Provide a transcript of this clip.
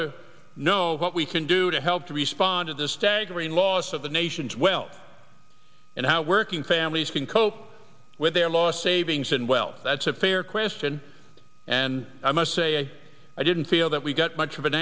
to know what we can do to help to respond to the staggering loss of the nation's wealth and how working families can cope with their last savings and well that's a fair question and i must say i didn't feel that we got much of an